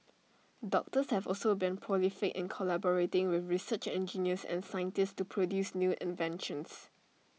doctors have also been prolific in collaborating with research engineers and scientists to produce new inventions